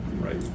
right